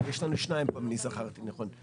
יש לנו שניים פה אם אני זכרתי נכון.